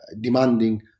demanding